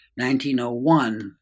1901